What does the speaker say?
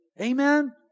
Amen